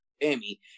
Emmy